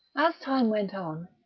time went on,